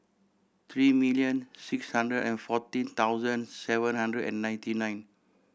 three million six hundred and fourteen thousand seven hundred and ninety nine